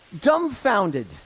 dumbfounded